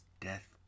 death